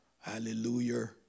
Hallelujah